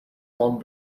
gone